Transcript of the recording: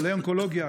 חולי אונקולוגיה,